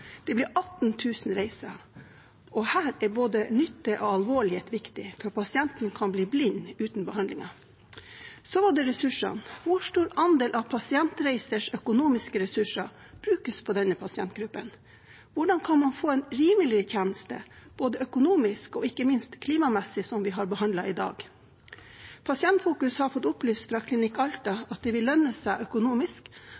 Det blir 18 000 reiser, og her er både nytte og alvorlighet viktig. Pasienten kan bli blind uten behandlingen. Så var det ressursene. Hvor stor andel av Pasientreisers økonomiske ressurser brukes på denne pasientgruppen? Hvordan kan man få en rimelig tjeneste både økonomisk og ikke minst klimamessig, som vi har behandlet i dag? Pasientfokus har fått opplyst fra Klinikk